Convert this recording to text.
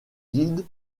guilde